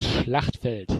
schlachtfeld